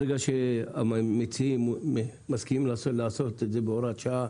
ברגע שהמציעים מסכימים לעשות את זה בהוראת שעה,